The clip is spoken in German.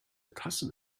tassen